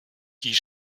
die